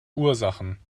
ursachen